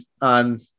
on